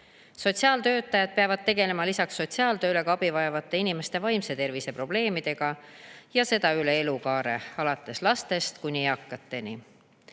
Sotsiaaltöötajad peavad tegelema lisaks sotsiaaltööle ka abivajavate inimeste vaimse tervise probleemidega, ja seda üle elukaare, alates lastest kuni eakateni. Olulisem